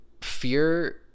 fear